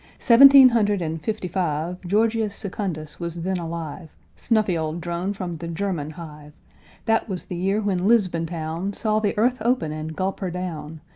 seventeen hundred and fifty-five, georgius secundus was then alive snuffy old drone from the german hive that was the year when lisbon-town saw the earth open and gulp her down,